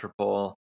Interpol